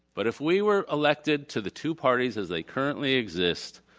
but if we were elected to the two parties as they currently exist,